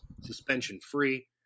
suspension-free